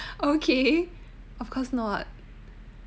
okay of course not